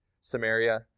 Samaria